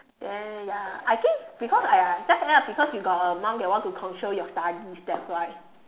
then ya I think because !aiya! just end up because you got a mum that want to control your studies that's why